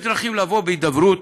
יש דרכים לבוא בהידברות